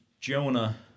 Jonah